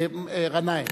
גנאים.